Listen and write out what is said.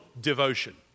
devotion